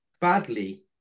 badly